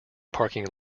parking